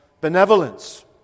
benevolence